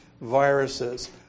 viruses